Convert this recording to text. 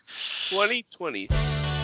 2020